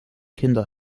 kinder